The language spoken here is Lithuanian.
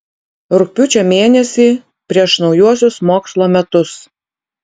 rugpjūčio mėnesį prieš naujuosius mokslo metus